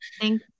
Thank